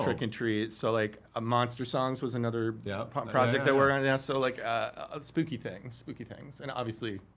trick and treat, so, like, ah monster songs was another project i worked on. and so, like ah spooky things, spooky things. and obviously,